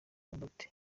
obote